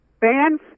Fans